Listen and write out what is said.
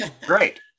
Great